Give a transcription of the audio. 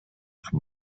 from